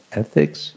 ethics